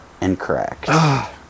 Incorrect